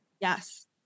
Yes